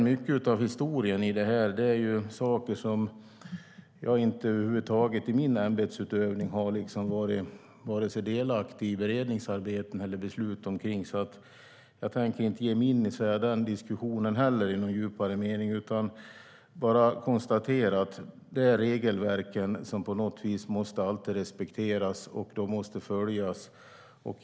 Mycket av historien är sådant som jag över huvud taget i min ämbetsutövning inte har varit delaktig i, varken när det gäller beredningsarbete eller beslut. Så jag tänker inte heller ge mig in i den diskussionen. Jag konstaterar bara att det är regelverken som alltid måste respekteras och följas.